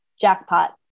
Jackpot